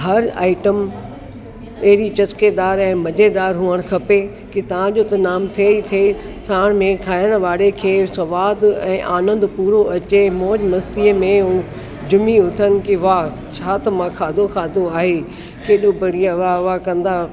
हर आईटम अहिड़ी चसकेदारु ऐं मज़ेदारु हुअणु खपे की तव्हांजो त नाम थिए ई थिए साण में खाइण वारे खे सवादु ऐं आनंद पूरो अचे मौज मस्तीअ में झूमी उथनि की वाह छा त मां खाधो खाधो आहे केॾो बढ़िया वाह वाह कंदा